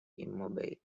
immobile